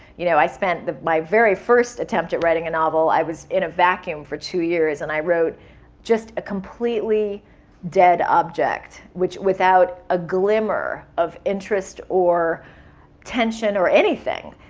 you know i spent my very first attempt at writing a novel, i was in a vacuum for two years and i wrote just a completely dead object, which without a glimmer of interest or tension or anything.